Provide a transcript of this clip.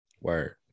Word